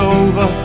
over